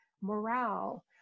morale